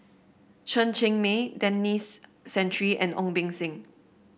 Chen Cheng Mei Denis Santry and Ong Beng Seng